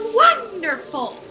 wonderful